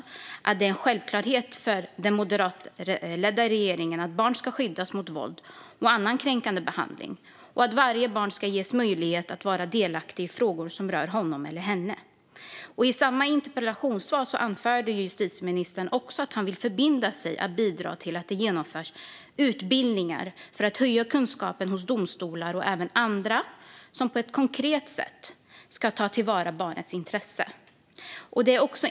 Han menade att det är en självklarhet för den moderatledda regeringen att barn ska skyddas mot våld och annan kränkande behandling och att varje barn ska ges möjlighet att vara delaktig i frågor som rör honom eller henne. I samma interpellationssvar förband justitieministern sig att bidra till att det genomförs utbildningar för att höja kunskapen hos domstolar och andra som på ett konkret sätt ska ta till vara barnets intresse.